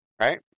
right